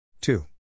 Two